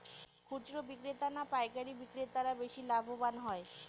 খুচরো বিক্রেতা না পাইকারী বিক্রেতারা বেশি লাভবান হয়?